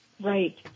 Right